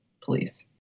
police